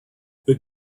the